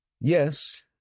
Yes